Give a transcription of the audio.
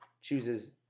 chooses